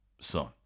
son